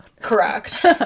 Correct